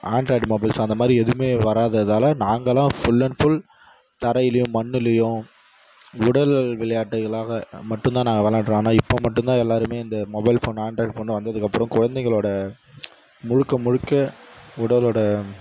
Android mobiles அந்தமாதிரி எதுவுமே வராததால் நாங்கள் எல்லாம் ஃபுல் அண்ட் ஃபுல் தரையிலையும் மண்ணுலையும் உடல்கள் விளையாட்டுகளாக மட்டும்தான் நாங்கள் விளையாடுறோம் ஆனால் இப்போ மட்டும்தான் எல்லாருமே இந்த மொபைல் ஃபோன் ஆண்ட்ராய்டு ஃபோன் வந்ததுக்கப்புறம் குழந்தைங்களோட முழுக்க முழுக்க உடலோட